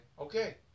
Okay